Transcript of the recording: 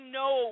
no